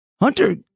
Hunter